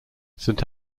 saint